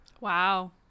Wow